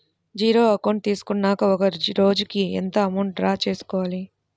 Zero account తీసుకున్నాక ఒక రోజుకి ఎంత అమౌంట్ డ్రా చేసుకోవాలి?